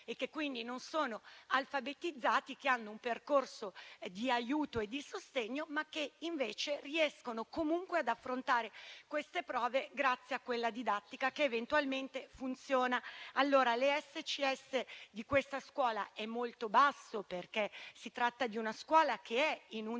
che quindi non sono alfabetizzati e che hanno un percorso di aiuto e di sostegno, ma che riescono comunque ad affrontare queste prove grazie a quella didattica che eventualmente funziona. L'ESCS di questa scuola è molto basso, perché si tratta di una scuola che è in un